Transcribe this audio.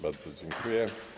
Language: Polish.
Bardzo dziękuję.